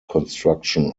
construction